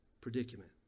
predicament